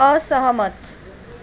असहमत